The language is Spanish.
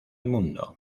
mundo